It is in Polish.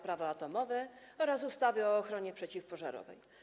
Prawo atomowe oraz ustawy o ochronie przeciwpożarowej.